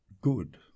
good